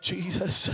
Jesus